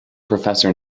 professor